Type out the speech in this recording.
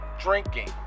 drinking